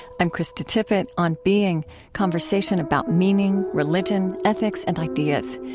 i'm krista tippett, on being conversation about meaning, religion, ethics, and ideas.